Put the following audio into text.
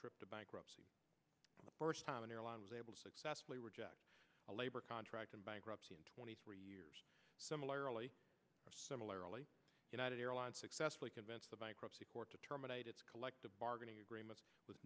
trip to bankruptcy first time an airline was able to successfully reject a labor contract in bankruptcy in twenty three years similarly similarily united airlines successfully convince the bankruptcy court to terminate its collective bargaining agreements with